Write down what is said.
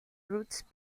roots